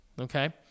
Okay